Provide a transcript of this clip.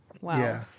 Wow